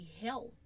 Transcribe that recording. health